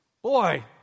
Boy